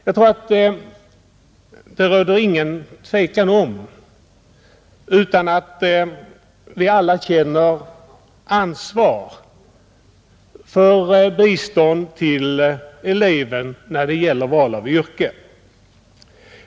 Det råder nog inget tvivel om att vi alla känner ansvar för att bistånd ges till eleven när det gäller val av yrke.